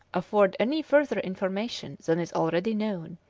afford any further information than is already known,